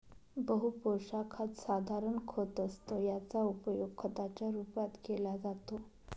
बहु पोशाखात साधारण खत असतं याचा उपयोग खताच्या रूपात केला जातो